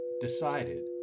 decided